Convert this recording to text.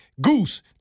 goose